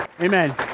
Amen